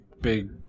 big